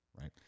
right